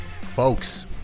folks